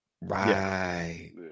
right